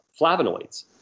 flavonoids